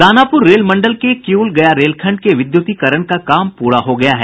Danapur rail मंडल के किऊल गया रेलखंड के विद्युतीकरण का काम पूरा हो गया है